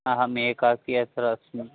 अहम् एकाकी अत्र अस्मि